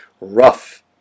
rough